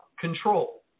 control